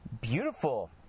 beautiful